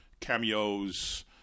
cameos